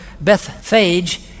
Bethphage